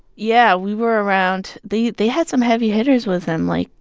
yeah. we were around they they had some heavy hitters with them, like,